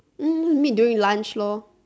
then you just meet during lunch lor